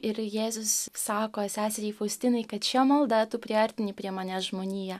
ir jėzus sako seseriai faustinai kad šia malda tu priartini prie manęs žmoniją